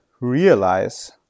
realize